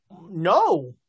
No